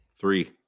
Three